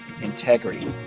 integrity